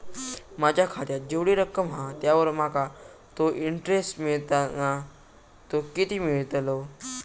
माझ्या खात्यात जेवढी रक्कम हा त्यावर माका तो इंटरेस्ट मिळता ना तो किती मिळतलो?